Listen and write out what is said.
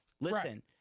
Listen